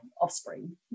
offspring